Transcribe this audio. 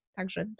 Także